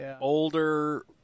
older